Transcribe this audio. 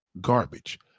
garbage